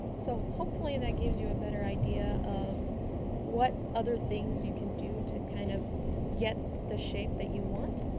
so hopefully that gives you a better idea of what other things you can do to kind of get the shape that you want.